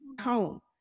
home